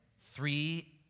three